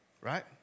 right